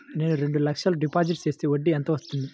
నేను రెండు లక్షల డిపాజిట్ చేస్తే వడ్డీ ఎంత వస్తుంది?